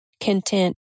content